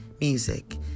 music